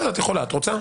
כן.